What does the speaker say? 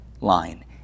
line